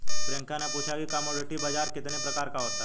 प्रियंका ने पूछा कि कमोडिटी बाजार कितने प्रकार का होता है?